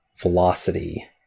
Velocity